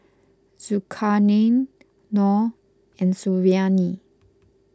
Zulkarnain Noh and Suriani